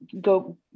go